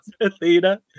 Athena